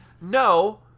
No